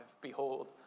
Behold